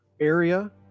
area